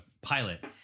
pilot